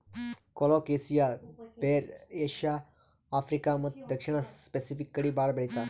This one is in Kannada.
ಕೊಲೊಕೆಸಿಯಾ ಬೇರ್ ಏಷ್ಯಾ, ಆಫ್ರಿಕಾ ಮತ್ತ್ ದಕ್ಷಿಣ್ ಸ್ಪೆಸಿಫಿಕ್ ಕಡಿ ಭಾಳ್ ಬೆಳಿತಾರ್